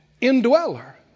indweller